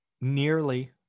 nearly